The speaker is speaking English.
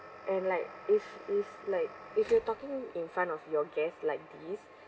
and like if if like if you're talking in front of your guest like this